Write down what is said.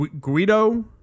Guido